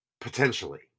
Potentially